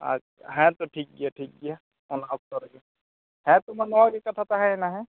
ᱦᱮᱛᱳ ᱴᱷᱤᱠ ᱜᱮᱭᱟ ᱴᱷᱤᱠ ᱜᱮᱭᱟ ᱚᱱᱟ ᱚᱠᱛᱚ ᱨᱮᱜᱮ ᱦᱮᱸ ᱛᱚ ᱢᱟ ᱱᱚᱣᱟ ᱜᱮ ᱠᱟᱛᱷᱟ ᱛᱟᱦᱮᱭᱮᱱᱟ ᱦᱮᱸ